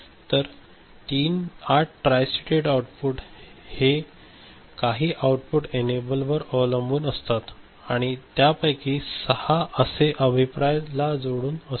तर 8 tri stated output हे काही आऊटपुट एनेबल वर अवलंबून असतात आणि त्यापैकी 6 असे अभिप्राय ला जोडून असतात